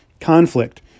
conflict